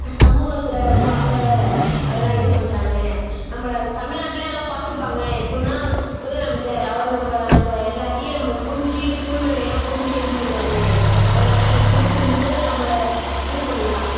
சமூகத்தில் ரொம்ப அக்கறை அதெலாம் இது பண்ணுறாங்க நம்மள தமிழ்நாட்டில் நல்லா பார்த்துப்பாங்க எப்படின்னா முதலமைச்சர் அவர் நம்ம நம்ம எல்லாத்தையும் நம்ம புரிஞ்சு சூழ்நிலையெல்லாம் புரிஞ்சு இதுப்பண்ணுவார் அதனால எனக்கு பிடிச்சிருந்துது நம்ம இது பண்ணிக்கலாம்